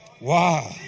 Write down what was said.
Wow